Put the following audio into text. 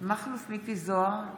מכלוף מיקי זוהר,